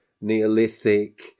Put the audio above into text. Neolithic